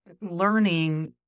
learning